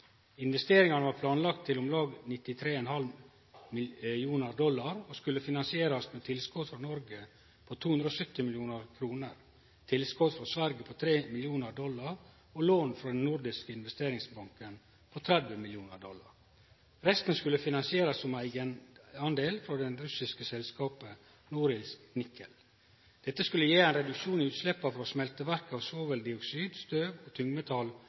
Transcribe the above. Investeringane var planlagde til om lag 93,5 millionar dollar og skulle finansierast med tilskot frå Noreg på 270 mill. kr, tilskot frå Sverige på tre millionar dollar og lån frå Den nordiske investeringsbank på 30 millionar dollar. Resten skulle finansierast som eigendel frå det russiske selskapet Norilsk Nickel. Dette skulle gje ein reduksjon i utsleppa